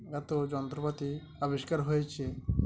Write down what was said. এত যন্ত্রপাতি আবিষ্কার হয়েছে